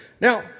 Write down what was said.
Now